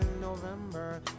November